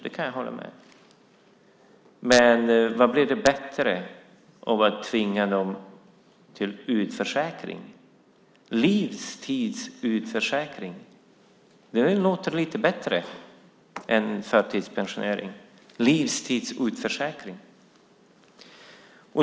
Det kan jag hålla med om. Men blir det bättre av att tvinga dem till utförsäkring - livstids utförsäkring? Det låter lite bättre än förtidspensionering: livstidsutförsäkring.